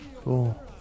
Cool